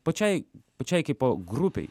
pačiai pačiai kaipo grupei